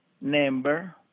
number